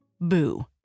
boo